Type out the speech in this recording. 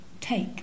take